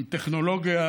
עם טכנולוגיה